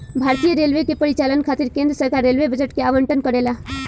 भारतीय रेलवे के परिचालन खातिर केंद्र सरकार रेलवे बजट के आवंटन करेला